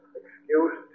excuse